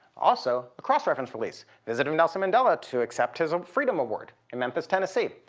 also, the cross-reference release. visit of nelson mandela to accept his um freedom award in memphis, tennessee.